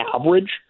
average